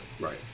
Right